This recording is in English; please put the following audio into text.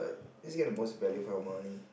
let's get the most value from our money